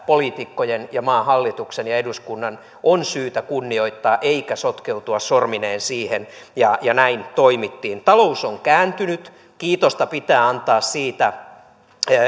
poliitikkojen ja maan hallituksen ja eduskunnan on syytä sitä kunnioittaa eikä sotkeutua sormineen siihen ja ja näin toimittiin talous on kääntynyt kiitosta pitää antaa siitä